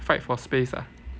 fight for space ah